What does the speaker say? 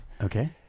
Okay